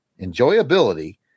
enjoyability